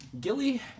Gilly